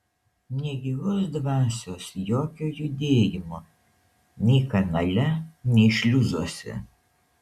nė gyvos dvasios jokio judėjimo nei kanale nei šliuzuose